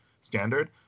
standard